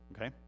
okay